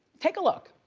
take a look.